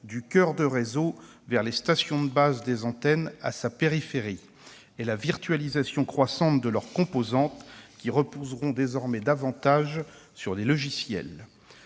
du coeur de réseau vers les stations de base des antennes, à sa périphérie, et la virtualisation croissante de leurs composantes, qui reposeront davantage sur des logiciels.